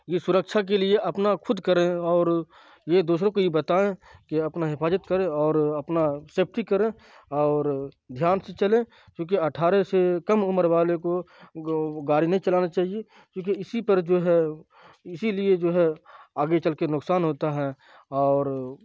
یہ سڑکچھا کے لیے اپنا خود کریں اور یہ دوسروں کو بھی بتائیں کہ اپنا حفاظت کریں اور اپنا سیفٹی کریں اور دھیان سے چلیں کیونکہ اٹھارے سے کم عمر والے کو گاڑی نہیں چلانا چاہیے کیونکہ اسی پر جو ہے اسی لیے جو ہے آگے چل کے نقصان ہوتا ہے اور